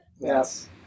Yes